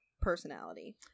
personality